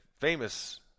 famous